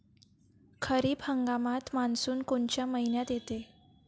खरीप हंगामात मान्सून कोनच्या मइन्यात येते?